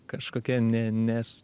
kažkokia ne nes